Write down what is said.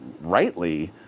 rightly